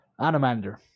Anamander